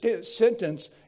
sentence